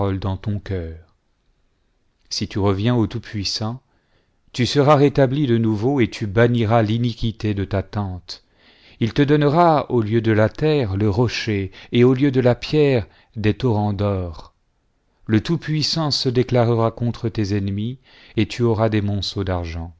dans ton cœur si tu reviens au tout-puissant tu seras rétabli de nouveau et tu banniras l'iniquité de ta tente il te donnera au lieu de la terre le rocher et au lieu de la pierre des torrents d'or le tout-puissant se déclarera contre tes ennemis et tu auras des monceaux d'argent